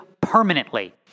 permanently